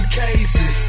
cases